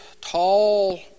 tall